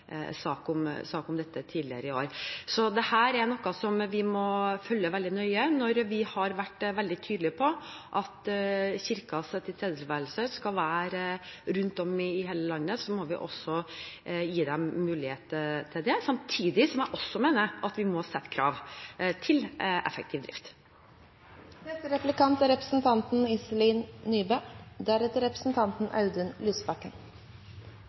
sak om dette tidligere i år. Så dette er noe vi må følge veldig nøye. Når vi har vært veldig tydelige på at Kirken skal ha tilstedeværelse rundt om i hele landet, må vi også gi dem mulighet til det, samtidig som jeg også mener at vi må stille krav til effektiv drift. Nylund skole ligger i Stavanger, i Storhaug bydel, som kanskje er